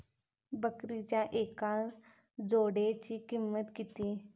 बकरीच्या एका जोडयेची किंमत किती?